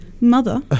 mother